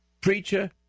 preacher